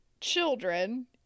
children